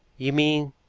you mean